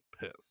pissed